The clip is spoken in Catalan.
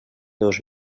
dos